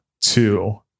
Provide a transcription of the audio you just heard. two